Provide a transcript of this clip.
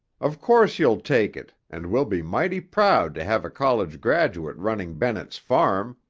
of course you'll take it and we'll be mighty proud to have a college graduate running bennett's farm.